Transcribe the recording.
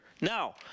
Now